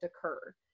occur